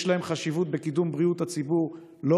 יש להם חשיבות בקידום בריאות הציבור לא